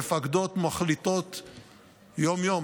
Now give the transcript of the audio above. מפקדות מחליטות יום-יום,